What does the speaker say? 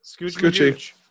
scoochie